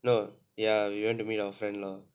no ya we went to meet our friends lah